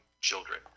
children